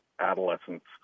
adolescents